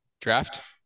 draft